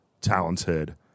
talented